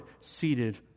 seated